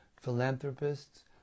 philanthropists